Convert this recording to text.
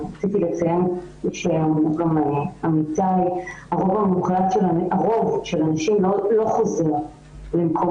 רציתי לציין שרוב הנשים לא חוזרות למקום